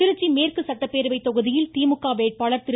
திருச்சி மேற்கு சட்டப்பேரவை தொகுதியில் திமுக வேட்பாளர் திரு